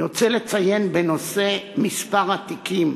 אני רוצה לציין: בנושא מספר התיקים